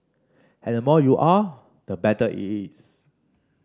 and the more you are the better it is